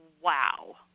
wow